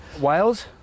Wales